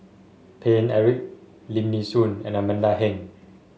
Paine Eric Lim Nee Soon and Amanda Heng